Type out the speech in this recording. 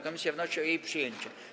Komisja wnosi o jej przyjęcie.